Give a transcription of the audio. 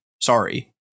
Sorry